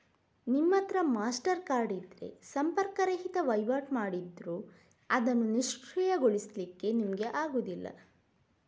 ನಿಮ್ಮತ್ರ Mastercard ಇದ್ರೆ ಸಂಪರ್ಕ ರಹಿತ ವೈವಾಟು ಮಾಡಿದ್ರೂ ಅದನ್ನು ನಿಷ್ಕ್ರಿಯಗೊಳಿಸ್ಲಿಕ್ಕೆ ನಿಮ್ಗೆ ಆಗುದಿಲ್ಲ